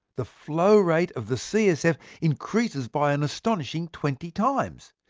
the flow rate of the csf increases by an astonishing twenty times.